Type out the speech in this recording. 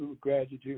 graduate